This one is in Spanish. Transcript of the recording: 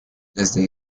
desde